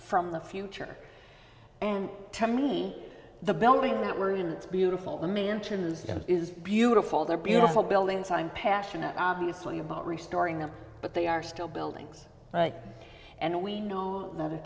from the future and to me the building that we're in it's beautiful the mansions that is beautiful they're beautiful buildings i'm passionate obviously about restoring them but they are still buildings and we know